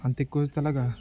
అంత ఎక్కువ వస్తే ఎలాగ